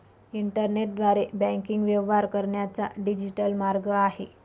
इंटरनेटद्वारे बँकिंग व्यवहार करण्याचा डिजिटल मार्ग आहे